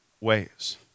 ways